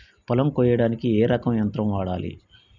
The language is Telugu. పొలం కొయ్యడానికి ఏ రకం యంత్రం వాడాలి?